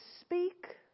speak